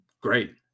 great